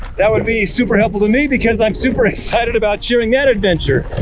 that would be super helpful to me because i'm super excited about chewing that adventure.